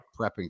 prepping